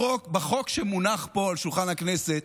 בחוק שמונח פה על שולחן הכנסת